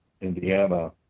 Indiana